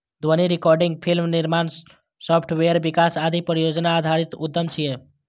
ध्वनि recording, film निर्माण, software विकास आदि परियोजना आधारित उद्यम छियै